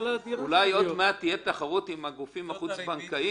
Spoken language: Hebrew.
עוד מעט תהיה תחרות עם הגופים החוץ-בנקאיים.